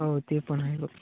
हो ते पण आहे ग